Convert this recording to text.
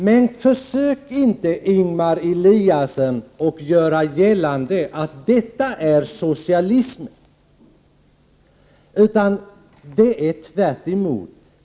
Men försök inte, Ingemar Eliasson, att göra gällande att detta är socialism! Det är tvärtom.